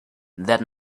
that